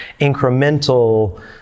incremental